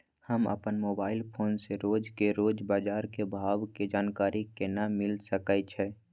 हम अपन mobile phone से रोज के रोज बाजार के भाव के जानकारी केना मिल सके छै?